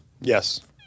yes